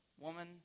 woman